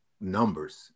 numbers